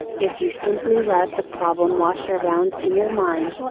if you simply let the problem wash around in your mind,